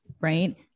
right